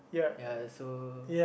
ya so